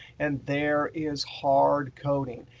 and there is hardcoding.